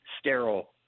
sterile